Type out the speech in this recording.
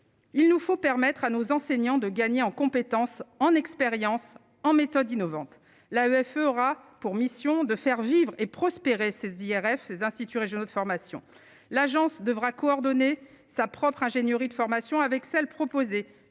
il nous faut permettre à nos enseignants, de gagner en compétences en expérience en méthode innovante la EFE aura pour mission de faire vivre et prospérer IRF des instituts régionaux de formation, l'agence devra coordonner sa propre ingénieur et de formation avec celle proposée